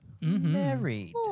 Married